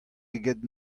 eget